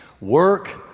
Work